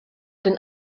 den